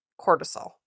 cortisol